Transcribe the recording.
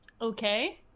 okay